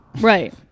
Right